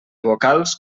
vocals